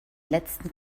letzten